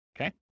okay